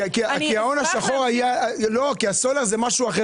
כי הסולר זה משהו אחד,